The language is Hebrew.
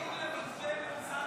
הגיעו למתווה מאוזן ומוסכם,